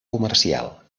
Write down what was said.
comercial